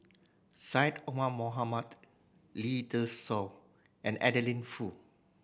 Syed Omar Mohamed Lee Dai Soh and Adeline Foo